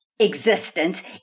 existence